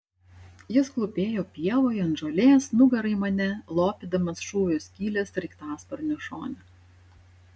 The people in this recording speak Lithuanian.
jis klūpėjo pievoje ant žolės nugara į mane lopydamas šūvio skylę sraigtasparnio šone